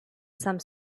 some